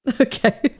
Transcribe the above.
Okay